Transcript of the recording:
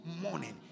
morning